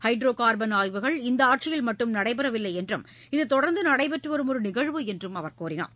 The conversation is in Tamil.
ஹைட்ரோ கா்பன் ஆய்வுகள் இந்த ஆட்சியில் மட்டும் நடைபெறவில்லை என்றும் இது தொடா்ந்து நடைபெற்றுவரும் ஒரு நிகழ்வு என்றும் அவர் தெரிவித்தார்